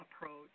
approach